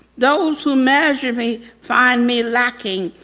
those who measure me find me lacking.